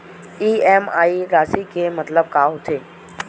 EMI राशि के मतलब का होथे?